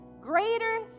greater